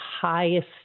highest